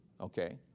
okay